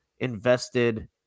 invested